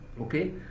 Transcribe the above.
okay